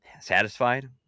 satisfied